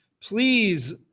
please